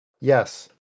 Yes